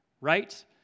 right